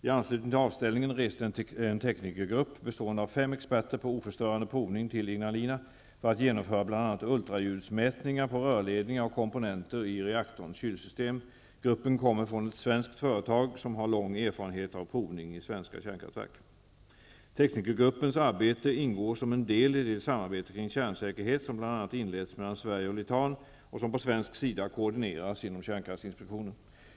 I anslutning till avställningen reste en teknikergrupp, bestående av fem experter på oförstörande provning, till Ignalina för att genomföra bl.a. ultraljudsmätningar på rörledningar och komponenter i reaktorns kylsystem. Gruppen kommer från ett svenskt företag som har lång erfarenhet av provning i svenska kärnkraftverk. Teknikergruppens arbete ingår som en del i det samarbete kring kärnsäkerhet som bl.a. inletts mellan Sverige och Litauen och som på svensk sida koordineras genom kärnkraftinspektionen.